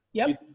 yep.